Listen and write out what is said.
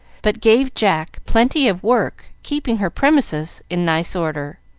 but gave jack plenty of work keeping her premises in nice order.